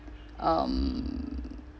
um